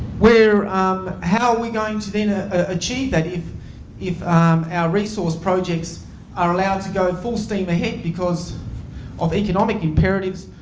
where um how are we going to then ah achieve that if if our resources projects are allowed to go full steam ahead because of economic imperatives